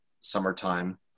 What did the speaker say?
summertime